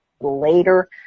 later